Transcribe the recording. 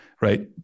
right